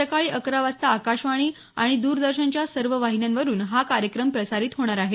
सकाळी अकरा वाजता आकाशवाणी आणि दरदर्शनच्या सर्व वाहिन्यांवरून हा कार्यक्रम प्रसारित होणार आहे